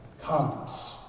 comes